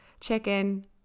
chicken